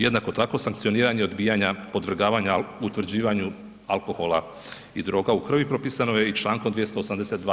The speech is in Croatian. Jednako tako sankcioniranje odbijanja podvrgavanja utvrđivanju alkohola i droga u krvi propisano je i člankom 282.